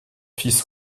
fils